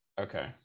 Okay